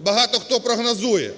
Багато хто прогнозує